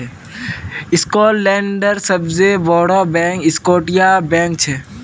स्कॉटलैंडेर सबसे बोड़ो बैंक स्कॉटिया बैंक छे